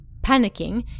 Panicking